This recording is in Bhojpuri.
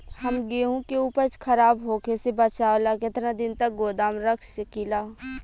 हम गेहूं के उपज खराब होखे से बचाव ला केतना दिन तक गोदाम रख सकी ला?